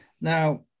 Now